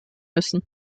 müssen